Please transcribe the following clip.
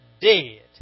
dead